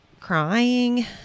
crying